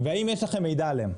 והאם יש לכם מידע עליהם.